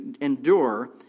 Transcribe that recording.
endure